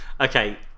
Okay